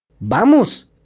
Vamos